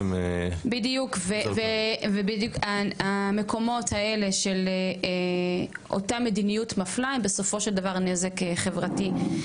ובדיוק המקומות האלה של אותה מדיניות מפלה היא בסופו של דבר נזק חברתי.